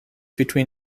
between